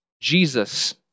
Jesus